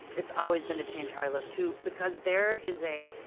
it's always been to change how i look too, because, there is a,